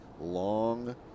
long